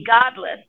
godless